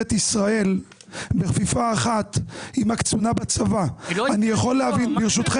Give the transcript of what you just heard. ישראל בכפיפה אחת עם הקצונה בצבא -- היא לא --- ברשותכם,